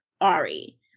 Ari